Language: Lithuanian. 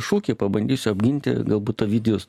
šūkį pabandysiu apginti galbūt ovidijus